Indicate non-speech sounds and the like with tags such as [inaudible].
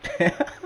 [laughs]